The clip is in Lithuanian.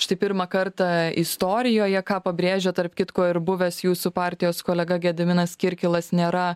štai pirmą kartą istorijoje ką pabrėžia tarp kitko ir buvęs jūsų partijos kolega gediminas kirkilas nėra